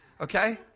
Okay